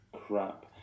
crap